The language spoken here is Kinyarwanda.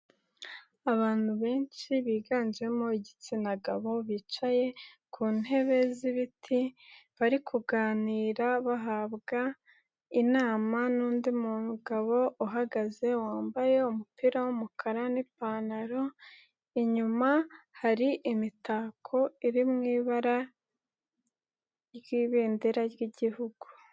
Abantu benshi biganjemo igitsina gabo bicaye ku ntebe z'ibiti bari kuganira bahabwa inama n'undi mugabo uhagaze wambaye umupira w'umukara n'ipantaro, inyuma hari imitako iri mu ibara ry'ibendera ry'igihugu.